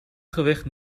gewicht